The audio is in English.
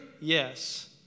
Yes